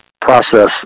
process